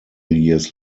years